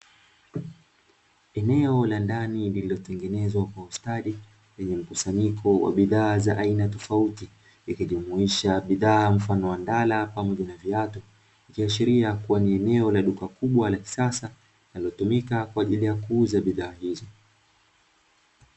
Eneo la ndani lililotengenezwa kwa ustadi lenye mkusanyiko wa bidhaa tofauti ikijumuisha bidhaa mfano wa ndala pamoja na viatu ikiashiria kuwa ni eneo la duka kubwa la kisasa linalotumika kwa ajili ya kuuza bidhaa hizo.